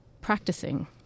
practicing